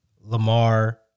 Lamar